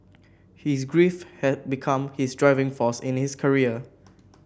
his grief had become his driving force in his career